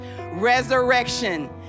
resurrection